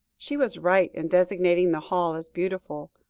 she was right in designating the hall as beautiful.